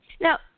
Now